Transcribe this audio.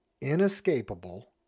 inescapable